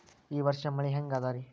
ಈ ವರ್ಷ ಮಳಿ ಹೆಂಗ ಅದಾರಿ?